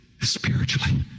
spiritually